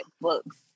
books